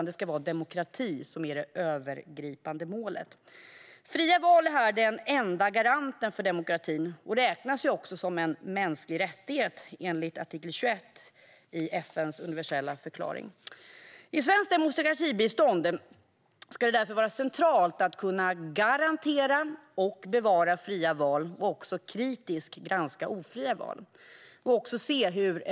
Det är demokrati som ska vara det övergripande målet. Fria val är den enda garanten för demokratin och räknas också som en mänsklig rättighet enligt artikel 21 i FN:s universella förklaring. I svenskt demokratibistånd ska det därför vara centralt att garantera och bevara fria val och även att kritiskt granska ofria val.